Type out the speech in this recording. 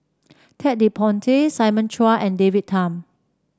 Ted De Ponti Simon Chua and David Tham